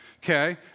Okay